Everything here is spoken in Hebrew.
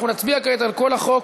אנחנו נצביע כעת על החוק